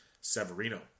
Severino